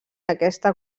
aquesta